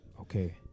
Okay